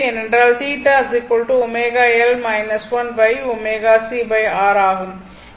ஏனெனில் θ ω L 1 ω c R ஆகும்